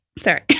sorry